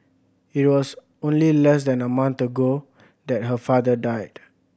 it was only less than a month ago that her father died